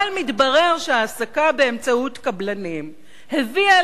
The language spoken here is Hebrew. אבל מתברר שההעסקה באמצעות קבלנים הביאה